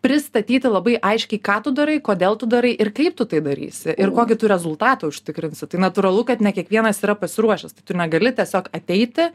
pristatyti labai aiškiai ką tu darai kodėl tu darai ir kaip tu tai darysi ir kokį tu rezultatą užtikrinsi tai natūralu kad ne kiekvienas yra pasiruošęs tai tu negali tiesiog ateiti